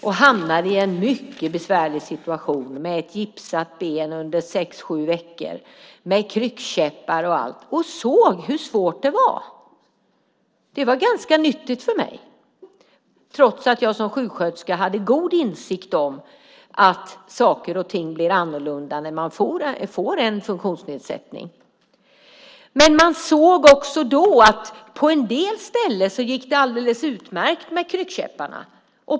Jag hamnade då i en mycket besvärlig situation med ett gipsat ben, kryckkäppar och allt under sex sju veckor. Då såg jag hur svårt det var. Det var ganska nyttigt för mig trots att jag som sjuksköterska hade god insikt om att saker och ting blir annorlunda när man får en funktionsnedsättning. Men jag såg också då att det på en del ställen gick alldeles utmärkt med kryckkäpparna.